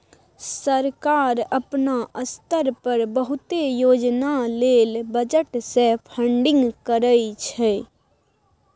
सरकार अपना स्तर पर बहुते योजना लेल बजट से फंडिंग करइ छइ